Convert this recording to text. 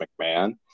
McMahon